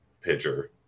pitcher